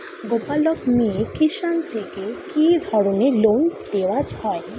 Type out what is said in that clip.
গোপালক মিয়ে কিষান থেকে কি ধরনের লোন দেওয়া হয়?